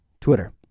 Twitter